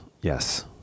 yes